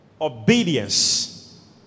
Obedience